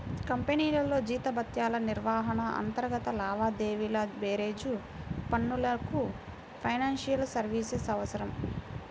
కంపెనీల్లో జీతభత్యాల నిర్వహణ, అంతర్గత లావాదేవీల బేరీజు పనులకు ఫైనాన్షియల్ సర్వీసెస్ అవసరం